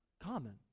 common